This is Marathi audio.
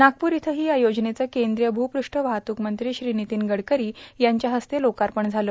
नागपूर इथंही या योजनेचं केंद्रीय भूपृष्ठ वाहतूक मंत्री श्री नितीन गडकरी यांच्या हस्ते लोकार्पण झालं